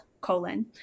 colon